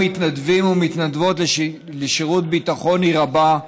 מתנדבים ומתנדבות לשירות ביטחון היא רבה,